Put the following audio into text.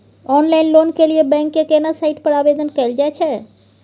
Online loan के लिए bank के केना साइट पर आवेदन कैल जाए छै?